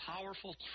powerful